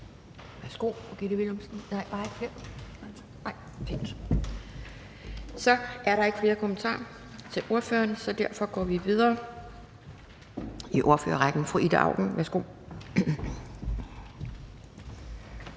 Værsgo, fru Gitte Willumsen. Nej, ikke alligevel. Så er der ikke flere kommentarer til ordføreren, så derfor går vi videre i ordførerrækken. Fru Ida Auken, værsgo.